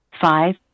five